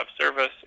service